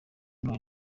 none